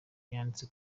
yanditse